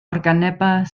organebau